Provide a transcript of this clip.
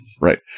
Right